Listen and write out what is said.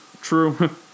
true